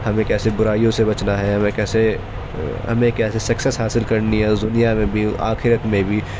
ہمیں کیسے برائیوں سے بچنا ہے ہمیں کیسے ہمیں کیسے سکسیز حاصل کرنی ہے اس دنیا میں بھی اور آخرت میں بھی